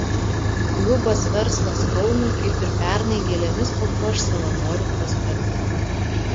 klubas verslas kaunui kaip ir pernai gėlėmis papuoš savanorių prospektą